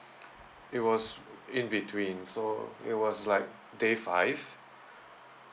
it was in between so it was like day five